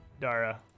Dara